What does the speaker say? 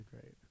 great